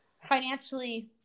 financially